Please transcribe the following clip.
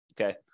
Okay